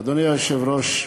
אדוני היושב-ראש,